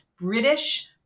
British